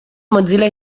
mozilla